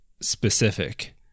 specific